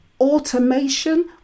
automation